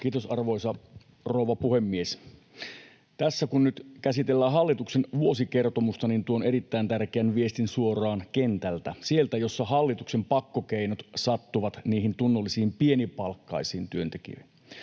Kiitos, arvoisa rouva puhemies! Tässä, kun nyt käsitellään hallituksen vuosikertomusta, tuon erittäin tärkeän viestin suoraan kentältä. Sieltä, missä hallituksen pakkokeinot sattuvat niihin tunnollisiin pienipalkkaisiin työntekijöihin.